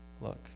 look